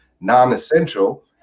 non-essential